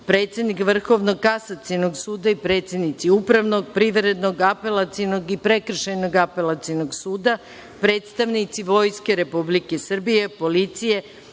predsednik Vrhovnog kasacionog suda i predsednici Upravnog, Privrednog, Apelacionog i Prekršajnog apelacionog suda, predstavnici Vojske Republike Srbije, policije,